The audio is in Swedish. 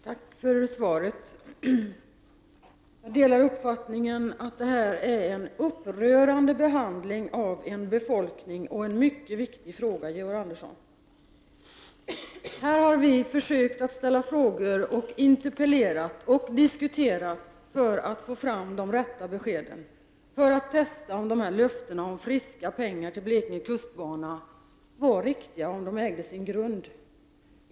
Herr talman! Tack för svaret! Jag delar uppfattningen att detta är en upprörande behandling av en befolkning och en mycket viktig fråga, Georg Andersson. Här har vi försökt att ställa frågor, interpellerat och diskuterat för att få fram de rätta beskeden och för att testa om löftena om friska pengar till Blekinge kustbana var riktiga och ägde sin grund.